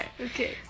Okay